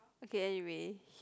okay anyway